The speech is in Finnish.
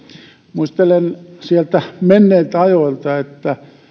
muistelen sieltä menneiltä ajoilta että